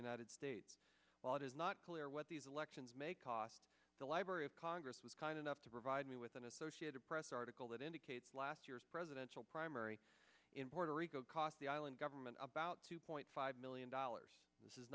united states while it is not clear what the elections may cause the library of congress was kind enough to provide me with an associated press article that indicates last year's presidential primary in puerto rico cost the island government about two point five million dollars this is